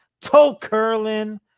toe-curling